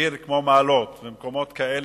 בעיר כמו מעלות ובמקומות כאלה,